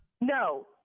No